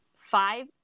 five